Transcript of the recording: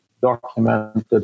documented